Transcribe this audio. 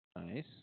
Nice